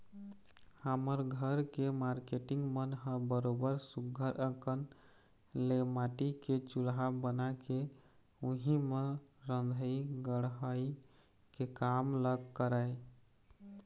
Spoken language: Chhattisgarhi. हमर घर के मारकेटिंग मन ह बरोबर सुग्घर अंकन ले माटी के चूल्हा बना के उही म रंधई गड़हई के काम ल करय